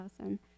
awesome